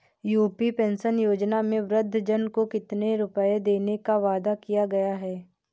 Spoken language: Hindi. यू.पी पेंशन योजना में वृद्धजन को कितनी रूपये देने का वादा किया गया है?